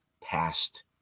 past